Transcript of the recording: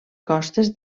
costes